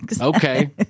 Okay